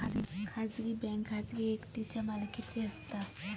खाजगी बँक खाजगी व्यक्तींच्या मालकीची असता